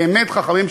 באמת חכמים,